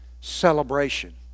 Celebration